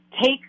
take